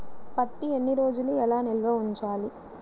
పత్తి ఎన్ని రోజులు ఎలా నిల్వ ఉంచాలి?